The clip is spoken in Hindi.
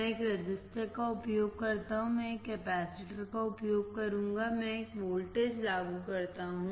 मैं एक रजिस्टर का उपयोग करता हूं मैं एक कैपेसिटर का उपयोग करूंगा मैं एक वोल्टेज लागू करता हूं